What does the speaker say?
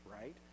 right